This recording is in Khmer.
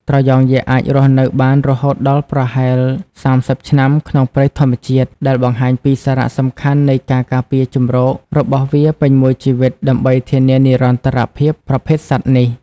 ត្រយងយក្សអាចរស់នៅបានរហូតដល់ប្រហែល ៣០ ឆ្នាំ ក្នុងព្រៃធម្មជាតិ ដែលបង្ហាញពីសារៈសំខាន់នៃការការពារជម្រករបស់វាពេញមួយជីវិត ដើម្បីធានានិរន្តរភាពប្រភេទសត្វនេះ។